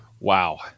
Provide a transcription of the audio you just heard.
Wow